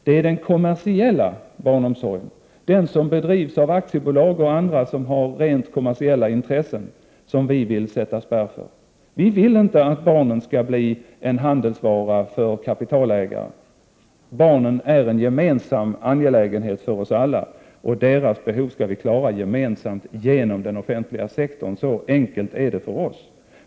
Det är den kommersiella barnomsorgen, den som bedrivs av aktiebolag och andra som har rent kommersiella intressen, som vi vill sätta en spärr för. Vi vill inte att barnen skall bli en handelsvara för kapitalägare. Barnen är en angelägenhet för oss alla, och deras behov skall vi gemensamt klara genom den offentliga sektorn. Så enkelt är det för oss.